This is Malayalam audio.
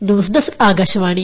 news desk Akashvani